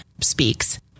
speaks